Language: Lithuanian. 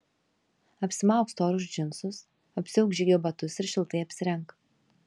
apsimauk storus džinsus apsiauk žygio batus ir šiltai apsirenk